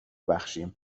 بخشیم